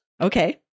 Okay